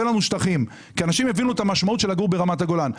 לנו שטחים כי אנשים הבינו את המשמעות של לגור ברמת הגולן.